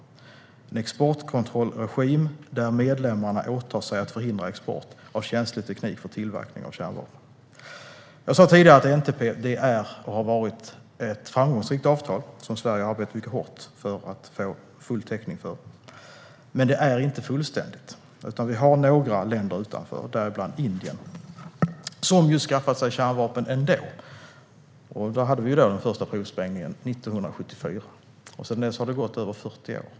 Det är en exportkontrollregim där medlemmarna åtar sig att förhindra export av känslig teknik för tillverkning av kärnvapen. Jag sa tidigare att NPT är och har varit ett framgångsrikt avtal som Sverige har arbetat mycket hårt för att få full täckning för. Det är dock inte fullständigt, utan vi har några länder utanför - däribland Indien, som ju har skaffat sig kärnvapen ändå. Där hade vi alltså den första provsprängningen 1974. Sedan dess har det gått över 40 år.